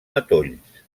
matolls